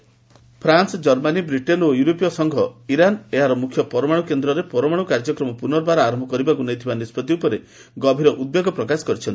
Iran nuclear France ଜର୍ମାନୀ Britain ଓ ୟୁରୋପୀୟ ସଂଘ ଇରାନ ଏହାର ଏକ ମୁଖ୍ୟ ପରମାଣୁ କେନ୍ଦ୍ରରେ ପରମାଣୁ କାର୍ଯ୍ୟକ୍ରମ ପୁନର୍ବାର ଆରମ୍ଭ କରିବାକୁ ନେଇଥିବା ନିଷ୍ପଭି ଉପରେ ଗଭୀର ଉଦ୍ବେଗ ପ୍ରକାଶ କରିଛନ୍ତି